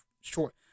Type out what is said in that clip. short